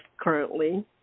currently